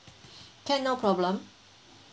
can no problem